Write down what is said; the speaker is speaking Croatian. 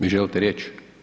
Vi želite riječ?